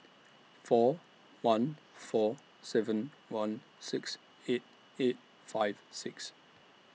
four one four seven one six eight eight five six